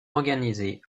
organisé